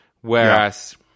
Whereas